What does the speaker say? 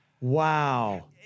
Wow